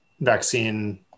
vaccine